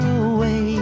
away